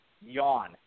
Yawn